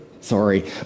Sorry